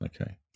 Okay